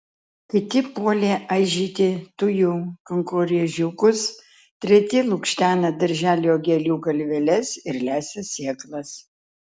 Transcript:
kiti puolė aižyti tujų kankorėžiukus treti lukštena darželio gėlių galveles ir lesa sėklas